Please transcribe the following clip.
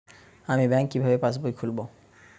আমি ব্যাঙ্ক কিভাবে পাশবই খুলব?